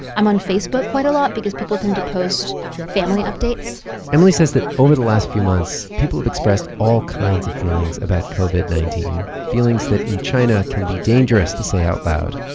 i'm on facebook quite a lot because people tend to post family updates emily says that over the last few months, people have expressed all kinds of feelings about covid nineteen, feelings that in china can be dangerous to say out loud,